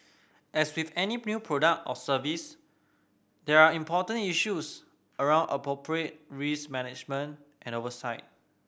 as with any new product or service there are important issues around appropriate risk management and oversight